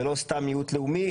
ולא סתם מיעוט לאומי,